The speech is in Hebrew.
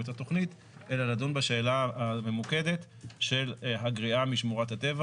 את התכנית אלא לדון בשאלה הממוקדת של הגריעה משמורת הטבע